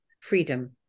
freedom